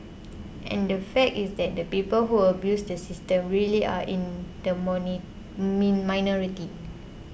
and the fact is that the people who abused the system really are in the me minority